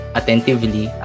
attentively